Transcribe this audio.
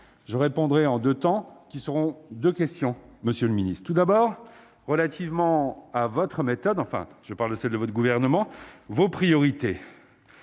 je répondrai en 2 temps qui seront de questions Monsieur le Ministre, tout d'abord, relativement à votre méthode, enfin je parle, celle de votre gouvernement, vos priorités.